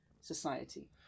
society